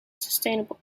sustainable